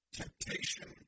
temptation